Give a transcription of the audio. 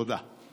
תודה.